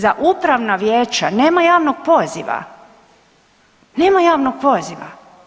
Za upravna vijeća nema javnog poziva, nema javnog poziva.